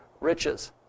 riches